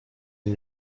nie